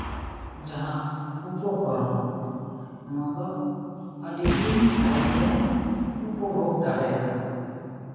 ᱡᱟᱦᱟᱸ ᱩᱯᱚᱠᱚᱨᱚᱱ ᱱᱚᱣᱟ ᱫᱚ ᱟᱹᱰᱤ ᱫᱤᱱ ᱫᱷᱟᱹᱨᱤᱡ ᱮ ᱩᱯᱚᱵᱷᱳᱜᱽ ᱫᱟᱲᱮᱭᱟᱜᱼᱟ